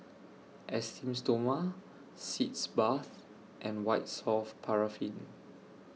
Esteem Stoma Sitz Bath and White Soft Paraffin